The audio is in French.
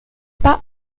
pas